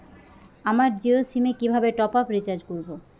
আমার জিও সিম এ কিভাবে টপ আপ রিচার্জ করবো?